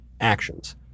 actions